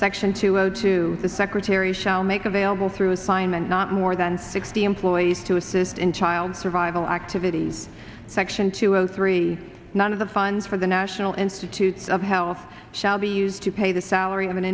section two o two the secretary shall make available through assignment not more than sixty employees to assist in child survival activities section two zero three one of the funds for the national institutes of health shall be used to pay the salary of an